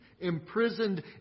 imprisoned